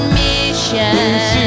mission